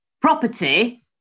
property